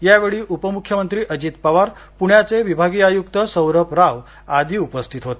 यावेळी उपमुख्यमंत्री अजित पवार पुण्याचे विभागीय आयुक्त सौरभ राव आदी उपस्थित होते